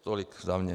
Tolik za mě.